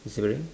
disappearing